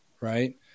right